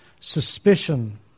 Suspicion